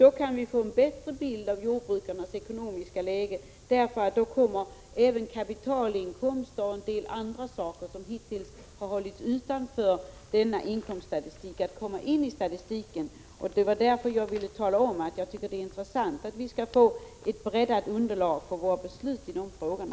Då kan vi få en bättre bild av jordbrukarnas ekonomiska läge, för då kommer även kapitalinkomster och en del andra saker med som hittills har hållits utanför denna statistik. Det var därför jag ville tala om att det var intressant att vi skall få ett breddat underlag för våra beslut i de här frågorna.